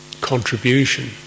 contribution